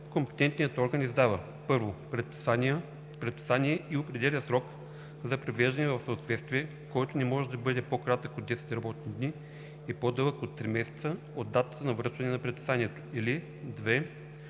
компетентният орган издава: 1. предписание и определя срок за привеждане в съответствие, който не може да бъде по-кратък от 10 работни дни и по-дълъг от три месеца от датата на връчване на предписанието, или 2.